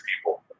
people